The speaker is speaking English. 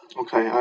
okay